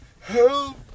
Help